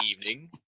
evening